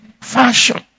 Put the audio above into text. fashion